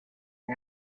and